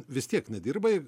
vis tiek nedirbai